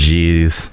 Jeez